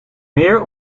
meer